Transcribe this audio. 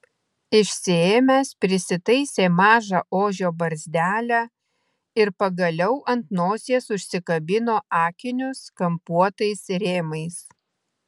išsiėmęs prisitaisė mažą ožio barzdelę ir pagaliau ant nosies užsikabino akinius kampuotais rėmais